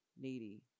needy